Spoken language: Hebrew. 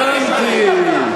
הבנתי.